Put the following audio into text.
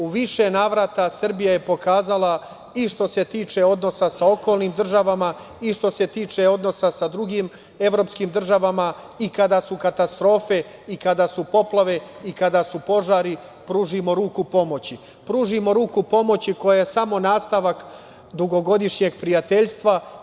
U više navrata Srbija je pokazala i što se tiče odnosa sa okolnim državama i što se tiče odnosa sa drugim evropskim državama i kada su katastrofe i kada su poplave i kada su požari pružimo ruku pomoći, pružimo ruku pomoći koja je samo nastavak dugogodišnjeg prijateljstva.